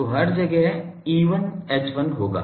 तो हर जगह E1 H1 होगा